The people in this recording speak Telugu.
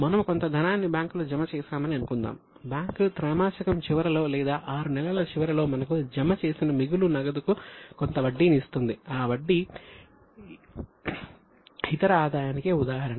మనము కొంత ధనాన్ని బ్యాంకులో జమ చేశామని అనుకుందాం బ్యాంకు త్రైమాసికం చివరిలో లేదా 6 నెలల చివరలో మనకు జమ చేసిన మిగులు నగదుకు కొంత వడ్డీని ఇస్తుంది ఆ వడ్డీ ఇతర ఆదాయానికి ఉదాహరణ